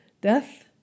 death